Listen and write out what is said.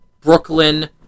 Brooklyn